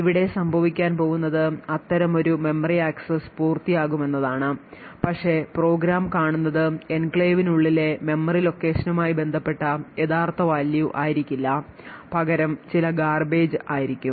ഇവിടെ സംഭവിക്കാൻ പോകുന്നത് അത്തരമൊരു മെമ്മറി ആക്സസ് പൂർത്തിയാകുമെന്നതാണ് പക്ഷേ പ്രോഗ്രാം കാണുന്നത് എൻക്ലേവിനുള്ളിലെ മെമ്മറി ലൊക്കേഷനുമായി ബന്ധപ്പെട്ട യഥാർത്ഥ value ആയിരിക്കില്ല പകരം ചില garbage ആയിരിക്കും